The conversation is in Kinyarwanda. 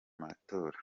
matora